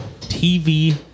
TV